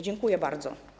Dziękuję bardzo.